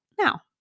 now